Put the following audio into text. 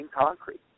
Concrete